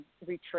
retreat